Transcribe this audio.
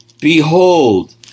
Behold